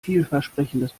vielversprechendes